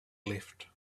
left